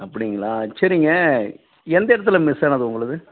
அப்படிங்களா சரிங்க எந்த இடத்துல மிஸ் ஆனது உங்களது